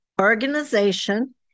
organization